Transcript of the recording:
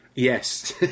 Yes